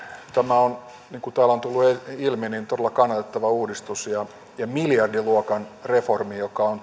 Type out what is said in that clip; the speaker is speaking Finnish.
on niin kuin täällä on tullut ilmi todella kannatettava uudistus ja miljardiluokan reformi joka on